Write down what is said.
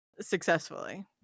Successfully